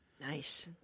Nice